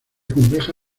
compleja